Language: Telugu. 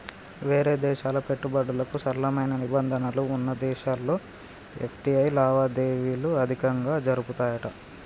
వేరే దేశాల పెట్టుబడులకు సరళమైన నిబంధనలు వున్న దేశాల్లో ఎఫ్.టి.ఐ లావాదేవీలు అధికంగా జరుపుతాయట